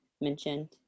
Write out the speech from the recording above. mentioned